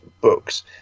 books